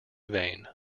vein